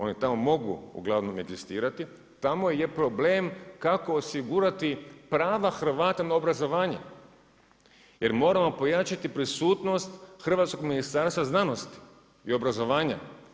Oni tamo mogu uglavnom egzistirati, tamo je problem osigurati prava Hrvata na obrazovanje jer moramo pojačati prisutnost hrvatskog Ministarstva znanosti i obrazovanja.